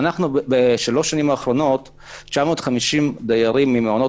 בשלוש השנים האחרונות 950 דיירים ממעונות